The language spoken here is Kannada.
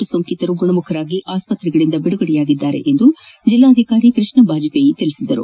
ಲ ಸೋಂಕಿತರು ಗುಣಮುಖರಾಗಿ ಆಸ್ಪತ್ರೆಯಿಂದ ಬಿಡುಗಡೆ ಹೊಂದಿದ್ದಾರೆ ಎಂದು ಜಿಲ್ಲಾಧಿಕಾರಿ ಕೃಷ್ಣ ಬಾಜಪೇಯಿ ತಿಳಿಸಿದ್ದಾರೆ